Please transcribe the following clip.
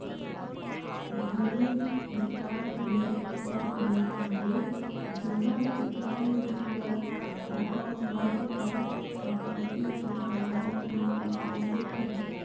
भूमि बिकास बेंक ओ बेंक हवे जिहां किसान मन ल ओखर मन के संपति के आधार मे करजा देथे